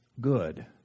good